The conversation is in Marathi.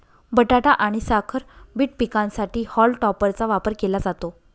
बटाटा आणि साखर बीट पिकांसाठी हॉल टॉपरचा वापर केला जातो